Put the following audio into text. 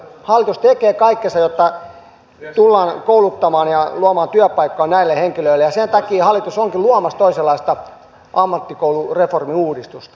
hallitus tekee kaikkensa jotta tullaan kouluttamaan ja luomaan työpaikkoja näille henkilöille ja sen takia hallitus onkin luomassa toisenlaista ammattikoulureformia uudistusta